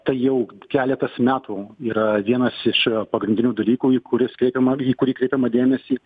tai jau keletas metų yra vienas iš pagrindinių dalykų į kuris kreipiama į kurį kreipiama dėmesį